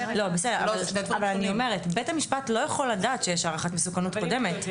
בית המשפט לא יכול לדעת שיש הערכת מסוכנות קודמת.